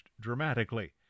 dramatically